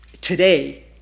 today